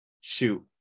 shoot